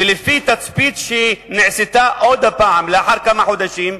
ולפי תצפית שנעשתה עוד פעם, לאחר כמה חודשים,